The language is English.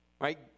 Right